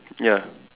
ya